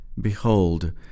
behold